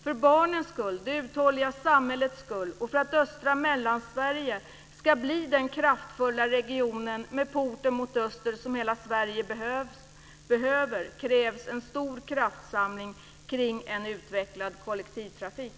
För barnens skull, det uthålliga samhällets skull och för att östra Mellansverige ska bli den kraftfulla region med porten mot öster som hela Sverige behöver, krävs en stor kraftsamling kring en utvecklad kollektivtrafik.